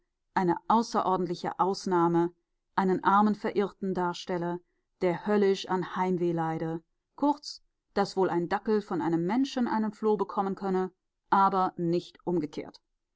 eine außerordentliche ausnahme einen armen verirrten darstelle der höllisch an heimweh leide kurz daß wohl ein dackel von einem menschen einen floh bekommen könne aber nicht umgekehrt